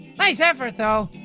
nice effort, though!